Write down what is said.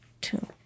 Two